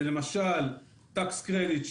זה למשל tax credit,